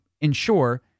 ensure